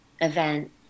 event